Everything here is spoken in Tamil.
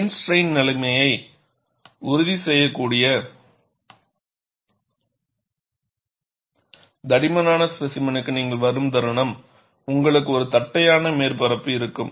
பிளேன் ஸ்ட்ரைன்நிலைமையை உறுதிசெய்யக்கூடிய தடிமனான ஸ்பேசிமெனுக்கு நீங்கள் வரும் தருணம் உங்களுக்கு ஒரு தட்டையான மேற்பரப்பு இருக்கும்